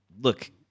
look